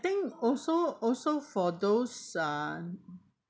think also also for those uh